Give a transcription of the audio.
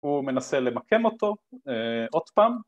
הוא מנסה למקם אותו, עוד פעם